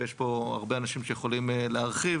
ויש פה הרבה אנשים שיכולים להרחיב.